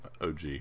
OG